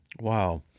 Wow